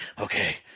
okay